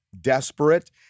desperate